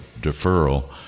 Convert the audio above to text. deferral